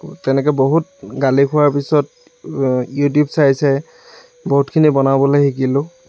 তেনেকৈ বহুত গালি খোৱাৰ পিছত ইউটিউব চাই চাই বহুতখিনি বনাবলৈ শিকিলোঁ